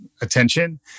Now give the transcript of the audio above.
attention